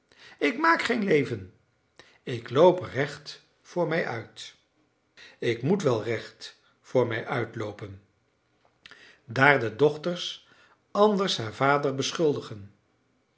ik maak geen leven ik loop recht voor mij uit ik moet wel recht voor mij uit loopen daar de dochters anders haar vader beschuldigen